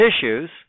tissues